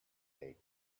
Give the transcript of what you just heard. date